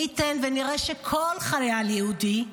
מי ייתן שנראה שכל חייל יהודי,